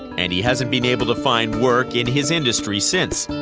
and he hasn't been able to find work in his industry since.